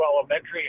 elementary